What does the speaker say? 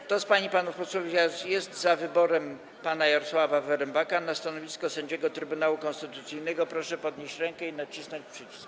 Kto z pań i panów posłów jest za wyborem pana Jarosława Wyrembaka na stanowisko sędziego Trybunału Konstytucyjnego, proszę podnieść rękę i nacisnąć przycisk.